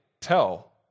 tell